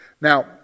Now